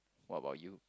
what about you